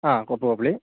ಹಾಂ ಕೊಪ್ಪ ಹೋಬ್ಳಿ